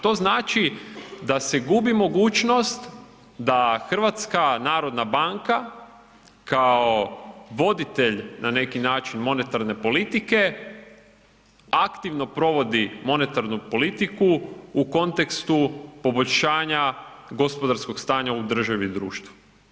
To znači da se gubi mogućnost da HNB kao voditelj na neki način monetarne politike, aktivno provodi monetarnu politiku u kontekstu poboljšanja gospodarskog stanja u državi i društvu.